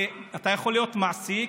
אתה יכול להיות מעסיק,